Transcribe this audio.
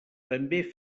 també